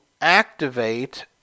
activate